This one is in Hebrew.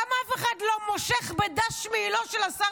למה אף אחד לא מושך בדש מעילו של השר